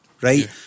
right